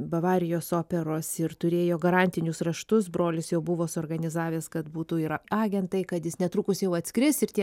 bavarijos operos ir turėjo garantinius raštus brolis jau buvo suorganizavęs kad būtų ir agentai kad jis netrukus jau atskris ir tie